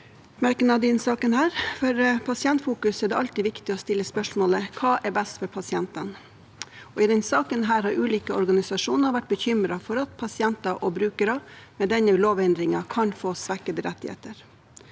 merknad også i denne saken. For Pasientfokus er det alltid viktig å stille spørsmålet: Hva er best for pasientene? I denne saken har ulike organisasjoner vært bekymret for at pasienter og brukere med denne lovendringen kan få svekkede rettigheter.